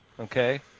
okay